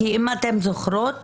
כי אם אתן זוכרות,